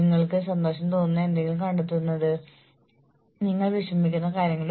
നിങ്ങൾക്ക് ശമ്പളവും പ്രകടനവും ഉചിതമായ രീതിയിൽ ലിങ്ക് ചെയ്യാൻ കഴിയും